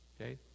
Okay